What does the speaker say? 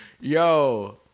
yo